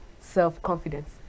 self-confidence